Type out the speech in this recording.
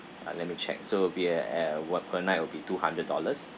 uh let me check so it'll be at eh one per night will be two hundred dollars